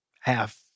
half